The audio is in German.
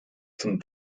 zum